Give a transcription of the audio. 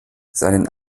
seinen